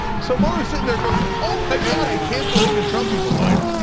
so mueller's sitting there going um my god, i can't believe the trump people lied.